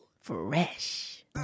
Fresh